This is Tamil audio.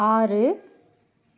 ஆறு